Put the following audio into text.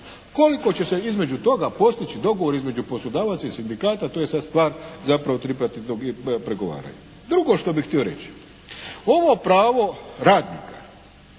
Koliko će se između toga postići dogovor između poslodavaca i sindikata. To je sad stvar zapravo tripartitnog pregovaranja. Drugo što bih htio reći. Ovo pravo radnika